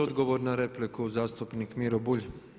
Odgovor na repliku zastupnik Miro Bulj.